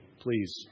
please